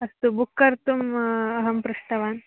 अस्तु बुक् कर्तुम् अहं पृष्टवान्